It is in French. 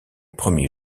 premier